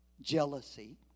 Jealousy